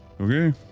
Okay